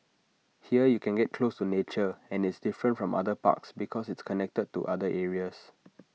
here you can get close to nature and it's different from other parks because it's connected to other areas